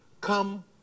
Come